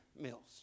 Mills